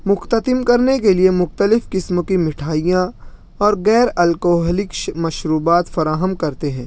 مختتم کرنے کے لیے مختلف قسم کی مٹھائیاں اور غیر الکوحلک مشروبات فراہم کرتے ہیں